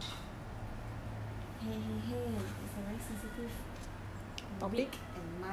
!hey! !hey! !hey! it is a very sensitive topic and month okay